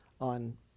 on